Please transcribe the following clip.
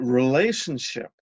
relationship